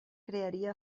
crearia